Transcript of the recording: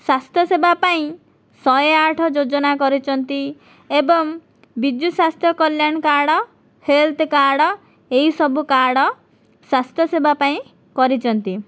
ସ୍ୱାସ୍ଥ୍ୟ ସେବା ପାଇଁ ଶହେ ଆଠ ଯୋଜନା କରିଛନ୍ତି ଏବଂ ବିଜୁ ସ୍ୱାସ୍ଥ୍ୟ କଲ୍ୟାଣ କାର୍ଡ଼ ହେଲ୍ଥ କାର୍ଡ଼ ଏହି ସବୁ କାର୍ଡ଼ ସ୍ୱାସ୍ଥ୍ୟସେବା ପାଇଁ କରିଛନ୍ତି